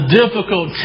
difficult